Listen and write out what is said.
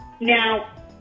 Now